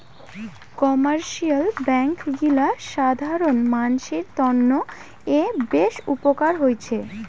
commercial bank গিলা সাধারণ মানসির তন্ন এ বেশ উপকার হৈছে